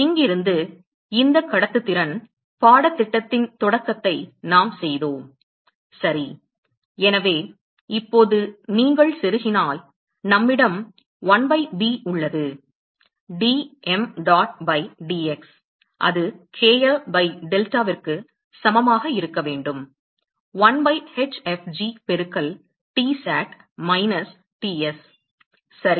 எனவே இங்கிருந்து இந்த கடத்துதிறன் பாடத்திட்டத்தின் தொடக்கத்தை நாம் செய்தோம் சரி எனவே இப்போது நீங்கள் செருகினால் நம்மிடம் 1 பை b உள்ளது d mdot பை dx அது kl பை டெல்டாவிற்கு சமமாக இருக்க வேண்டும் 1 பை hfg பெருக்கல் Tsat மைனஸ் Ts சரி